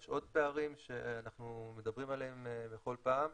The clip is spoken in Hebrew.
יש עוד פערים שאנחנו מדברים עליהם בכל פעם,